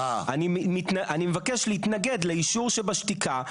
אני מבקש להתנגד לאישור שבשתיקה,